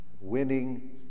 winning